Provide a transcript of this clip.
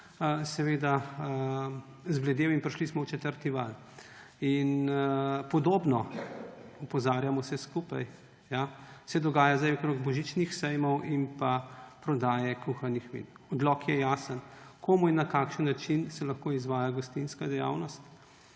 družbi zbledel in prišli smo v četrti val. In podobno, opozarjam vse skupaj, se dogaja zdaj okrog božičnih sejmov in prodaje kuhanih vin. Odlok je jasen, komu in na kakšen način se lahko izvaja gostinska dejavnost,